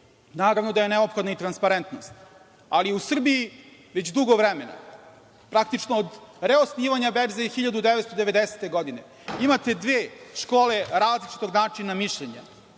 Naravno da je neophodna i transparentnost.U Srbiji već dugo vremena, praktično od reosnivanja berze 1990. godine, imate dve škole različitog načina mišljenja.